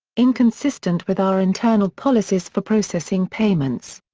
inconsistent with our internal policies for processing payments.